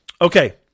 Okay